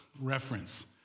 reference